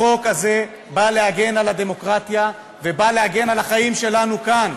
החוק הזה בא להגן על הדמוקרטיה ובא להגן על החיים שלנו כאן